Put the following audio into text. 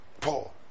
Paul